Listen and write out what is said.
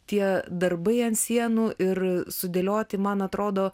tie darbai ant sienų ir sudėlioti man atrodo